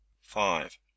five